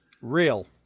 real